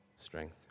Strength